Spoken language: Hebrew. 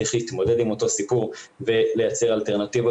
צריך להתמודד עם אותו סיפור ולייצר אלטרנטיבות